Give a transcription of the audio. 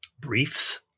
Briefs